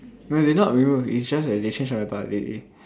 no they not remove is just that they change the meta they